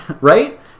Right